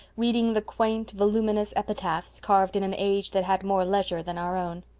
reading the quaint, voluminous epitaphs, carved in an age that had more leisure than our own.